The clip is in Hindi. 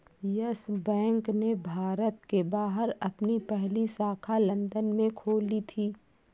यस बैंक ने भारत के बाहर अपनी पहली शाखा लंदन में खोली थी